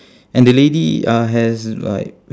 and the lady uh has like